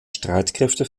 streitkräfte